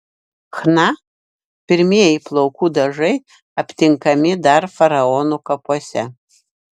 chna pirmieji plaukų dažai aptinkami dar faraonų kapuose